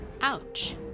Ouch